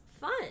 fun